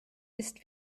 ist